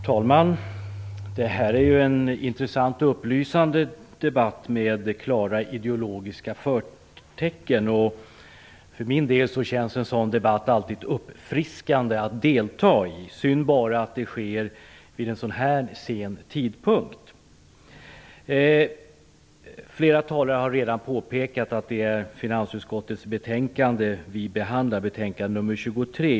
Herr talman! Det här är en intressant och upplysande debatt med klara ideologiska förtecken. För min del känns en sådan debatt alltid uppfriskande att delta i. Det är bara synd att det sker vid en sådan sen tidpunkt. Flera talare har redan påpekat att det är finansutskottets betänkande nr 23 vi behandlar.